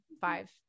five